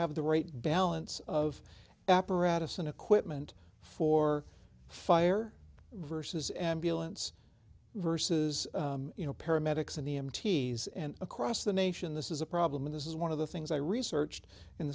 have the right balance of apparatus and equipment for fire versus ambulance versus you know paramedics in the mts and across the nation this is a problem this is one of the things i research